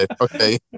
Okay